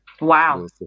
Wow